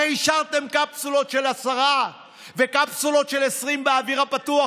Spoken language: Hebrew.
הרי אישרתם קפסולות של עשרה וקפסולות של 20 באוויר הפתוח,